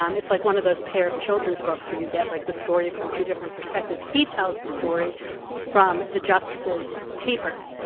um it's like one of those pair of children's books where you get like the story from two different perspectives. he tells the story from the justices' papers,